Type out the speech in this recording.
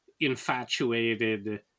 infatuated